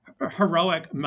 heroic